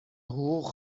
حقوق